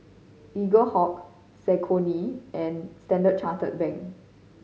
Eaglehawk Saucony and Standard Chartered Bank